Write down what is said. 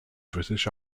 british